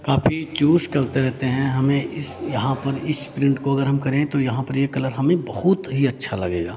काफ़ी चूज़ करते रहते हैं हमें इस यहाँ पर इस प्रिन्ट को अगर हम करें तो यहाँ पर ये कलर हमें बहुत ही अच्छा लगेगा